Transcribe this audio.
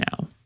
now